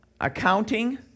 accounting